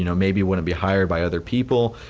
you know maybe wouldn't be hired by other people